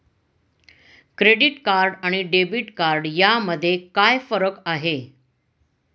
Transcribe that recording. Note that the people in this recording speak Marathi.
क्रेडिट कार्ड आणि डेबिट कार्ड यामध्ये काय फरक आहे?